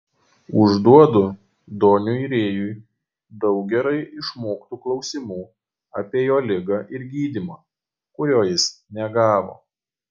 užduodu doniui rėjui daug gerai išmoktų klausimų apie jo ligą ir gydymą kurio jis negavo